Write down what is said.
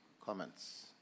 comments